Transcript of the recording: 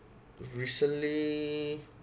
recently